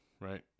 right